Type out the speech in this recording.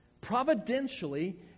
Providentially